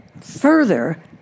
further